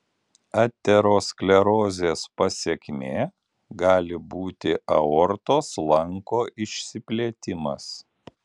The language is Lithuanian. aterosklerozės pasekmė gali būti aortos lanko išsiplėtimas